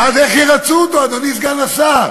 ואז איך ירַצו אותו, אדוני סגן השר?